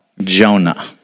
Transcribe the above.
Jonah